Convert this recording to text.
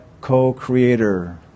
co-creator